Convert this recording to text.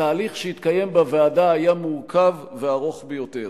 התהליך שהתקיים בוועדה היה מורכב וארוך ביותר.